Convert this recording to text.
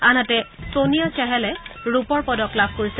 আনহাতে ছোনিয়া চহলে ৰূপৰ পদক লাভ কৰিছে